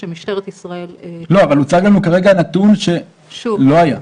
ושמשטרת ישראל --- אבל הוצג לנו כרגע נתון שלא היה.